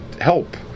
help